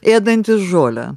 ėdantys žolę